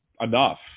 enough